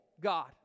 God